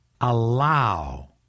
Allow